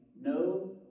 no